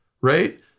right